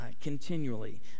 continually